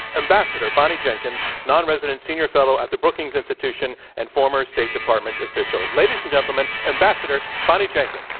ambassador bonnie jenkins, non-resident senior fellow at the brookings institution and former state department official. ladies and gentlemen, ambassador bonnie jenkins.